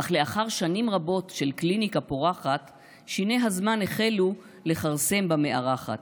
// אך לאחר שנים רבות של קליניקה פורחת / שיני הזמן החלו לכרסם במארחת,